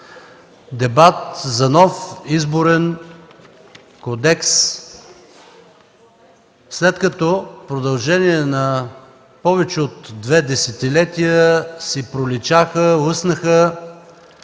Дебат за нов Изборен кодекс, след като в продължение на повече от две десетилетия си проличаха, лъснаха